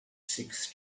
six